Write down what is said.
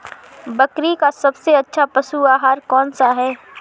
बकरी का सबसे अच्छा पशु आहार कौन सा है?